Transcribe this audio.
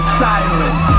silence